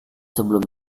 sebelum